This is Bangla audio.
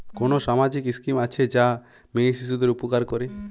কোন সামাজিক স্কিম আছে যা মেয়ে শিশুদের উপকার করে?